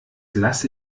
lasse